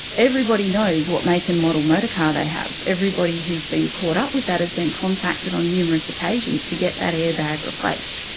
everybody knows what make and model motorcar they have, everybody everybody who has been caught up with that has been contacted on numerous occasions to get that airbag replaced.